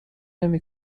نمی